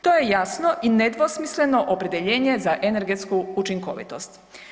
To je jasno i nedvosmisleno opredjeljenje za energetsku učinkovitost.